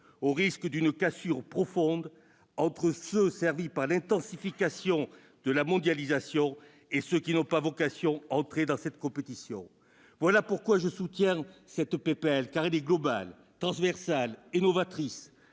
grand d'une cassure profonde entre ceux que sert l'intensification de la mondialisation et ceux qui n'ont pas vocation à entrer dans cette compétition. Voilà pourquoi je soutiens cette proposition de loi, globale, transversale et novatrice,